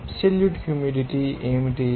absolute humidity ఏమిటి